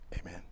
Amen